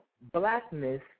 blackness